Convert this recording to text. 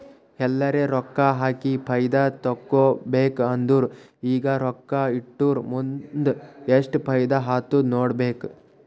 ಎಲ್ಲರೆ ರೊಕ್ಕಾ ಹಾಕಿ ಫೈದಾ ತೆಕ್ಕೋಬೇಕ್ ಅಂದುರ್ ಈಗ ರೊಕ್ಕಾ ಇಟ್ಟುರ್ ಮುಂದ್ ಎಸ್ಟ್ ಫೈದಾ ಆತ್ತುದ್ ನೋಡ್ಬೇಕ್